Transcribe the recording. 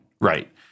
Right